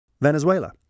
Venezuela